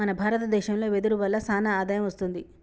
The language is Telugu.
మన భారత దేశంలో వెదురు వల్ల సానా ఆదాయం వస్తుంది